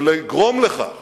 ולגרום לכך